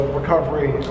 recovery